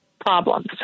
problems